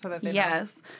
Yes